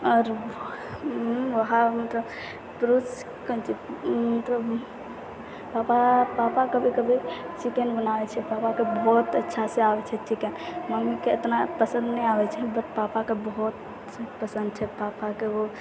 आओर वहाँ मतलब पापा पापा कभी कभी चिकन बनाबै छै पापाके बहुत अच्छासँ आबै छै चिकेन मम्मीके ओतना पसन्द नहि आबै छै पर पापाके बहुत पसन्द छै पापाके ओ